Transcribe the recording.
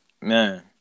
Man